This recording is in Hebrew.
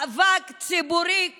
מאבק ציבורי כולל,